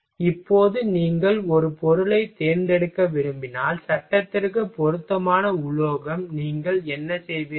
எனவே இப்போது நீங்கள் ஒரு பொருளைத் தேர்ந்தெடுக்க விரும்பினால் சட்டத்திற்கு பொருத்தமான உலோகம் நீங்கள் என்ன செய்வீர்கள்